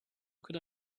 could